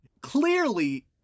clearly